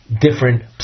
different